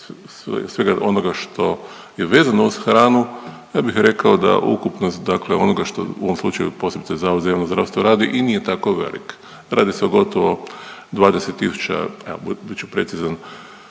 svega onoga što je vezano uz hranu ja bih rekao da ukupnost, dakle onoga što u ovom slučaju posebice Zavod za javno zdravstvo radi i nije tako velik. Radi se o gotovo 20 000, evo bit ću precizan